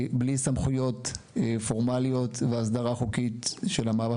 בלי סמכויות פורמליות והסדרה חוקית של המאבק